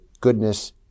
goodness